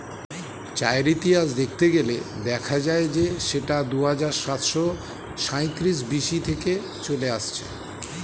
চায়ের ইতিহাস দেখতে গেলে দেখা যায় যে সেটা দুহাজার সাতশো সাঁইত্রিশ বি.সি থেকে চলে আসছে